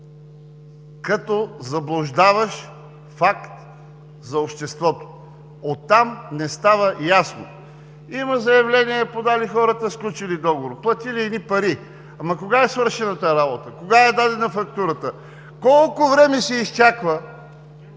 като заблуждаващ факт за обществото. От там не става ясно. Има заявления – подали хората, сключили договор, платили едни пари. Ама кога е свършена тази работа, кога е дадена фактурата, колко време се изчаква